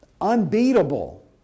unbeatable